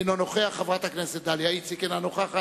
אינו נוכח, חברת הכנסת דליה איציק, אינה נוכחת,